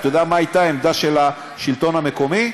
אתה יודע מה הייתה העמדה של השלטון המקומי?